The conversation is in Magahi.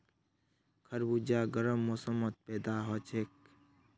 खरबूजा गर्म मौसमत पैदा हछेक